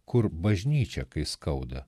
kur bažnyčia kai skauda